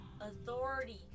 authority